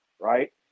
right